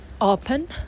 open